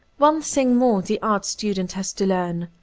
one thing more the art student has to learn.